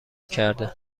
کرده